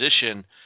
position